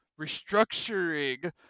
restructuring